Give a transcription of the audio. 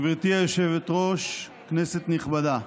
גברתי היושבת-ראש, כנסת נכבדה,